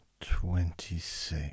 Twenty-six